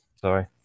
Sorry